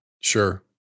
Sure